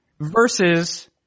versus